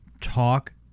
talk